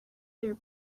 their